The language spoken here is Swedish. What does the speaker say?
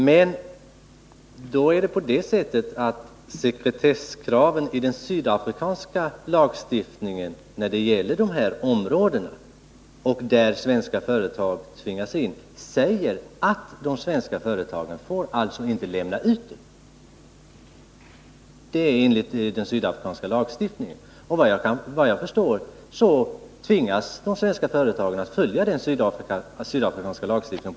Men det är på det sättet att sekretesskraven i Sydafrikas lagstiftning när det gäller det här området säger att de svenska företagen inte får lämna ut uppgifter. Sådan är den sydafrikanska lagstiftningen, och vad jag förstår tvingas de svenska företagen följa den på detta område.